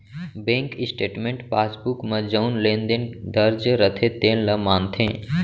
bank statement passbook म जउन लेन देन दर्ज रथे तेने ल मानथे